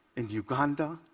in uganda,